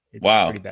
wow